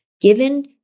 given